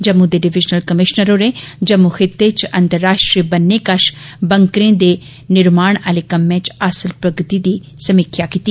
जम्मू दे divisional commissioner होरें जम्मू खित्ते च अंतर्राष्ट्री बन्ने कश बंकरें दे निर्माण आहले कम्मै च हासल प्रगति दी समीक्षा कीती